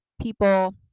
people